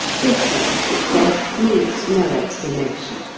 this sort of success needs no explanation,